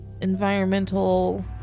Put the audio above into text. environmental